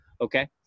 okay